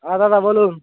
হাঁ দাদা বলুন